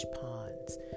ponds